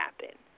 happen